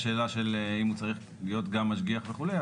כן, צריך לשמוע מה הכיוון של המדיניות.